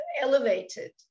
elevated